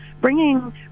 bringing